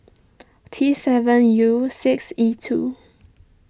T seven U six E two